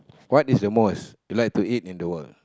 what is the most you like to eat in the world